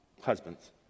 husbands